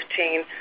2015